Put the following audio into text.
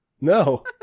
No